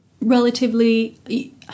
relatively